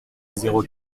zéro